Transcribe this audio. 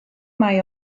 mae